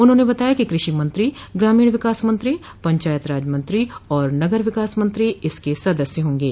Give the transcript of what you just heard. उन्होंने बताया कि कृषि मंत्री ग्रामीण विकास मंत्री पंचायत राज मंत्री और नगर विकास मंत्री इसके सदस्य होंगे